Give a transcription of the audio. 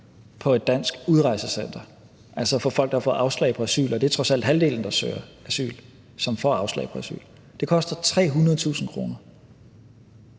på et dansk udrejsecenter, altså for folk, der har fået afslag på asyl, og det er trods alt halvdelen af dem, der søger asyl, som får afslag på asyl, koster 300.000 kr.